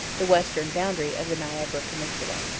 the western boundary of the niagara peninsula.